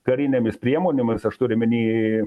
karinėmis priemonėmis aš turiu omeny